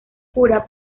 cura